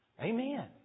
Amen